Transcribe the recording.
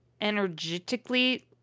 energetically